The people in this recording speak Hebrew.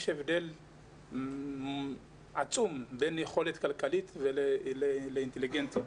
יש הבדל עצום בין יכולת כלכלית לבין אינטליגנציה.